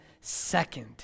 Second